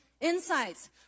insights